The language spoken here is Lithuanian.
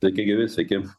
sveiki gyvi sveiki